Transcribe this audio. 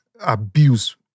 abuse